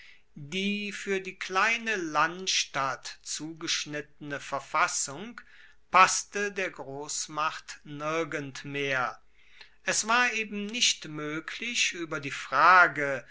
die fuer die kleine landstadt zugeschnittene verfassung passte der grossmacht nirgend mehr es war eben nicht moeglich ueber die frage